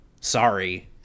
Sorry